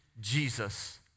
Jesus